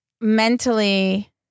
mentally